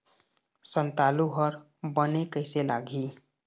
संतालु हर बने कैसे लागिही?